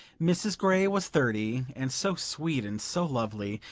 mrs. gray was thirty, and so sweet and so lovely,